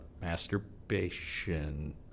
masturbation